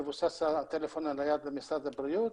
מבוסס הטלפון הנייד, למשרד הבריאות.